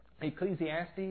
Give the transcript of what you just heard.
Ecclesiastes